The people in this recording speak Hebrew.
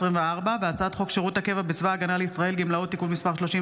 היעדרות בעקבות תקיפה או התעללות בילד),